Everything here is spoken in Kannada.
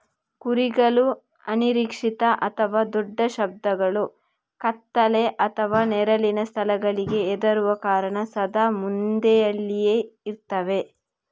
ಕುರಿಗಳು ಅನಿರೀಕ್ಷಿತ ಅಥವಾ ದೊಡ್ಡ ಶಬ್ದಗಳು, ಕತ್ತಲೆ ಅಥವಾ ನೆರಳಿನ ಸ್ಥಳಗಳಿಗೆ ಹೆದರುವ ಕಾರಣ ಸದಾ ಮಂದೆಯಲ್ಲಿಯೇ ಇರ್ತವೆ